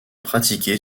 pratiqué